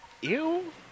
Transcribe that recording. Ew